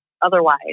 otherwise